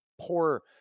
poor